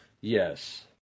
Yes